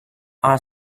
our